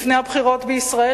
לפני הבחירות בישראל,